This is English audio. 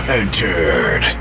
entered